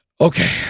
Okay